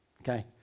okay